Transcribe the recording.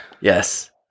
Yes